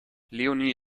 leonie